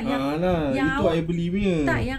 ah lah itu I beli punya